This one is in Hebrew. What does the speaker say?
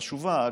חשובה,